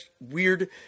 weird